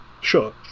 Sure